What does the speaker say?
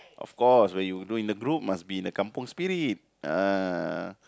of course when you do in a group must be in a Kampung Spirit ah